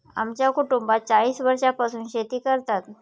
आमच्या कुटुंबात चाळीस वर्षांपासून शेती करतात